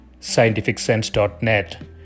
scientificsense.net